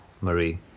Marie